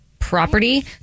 Property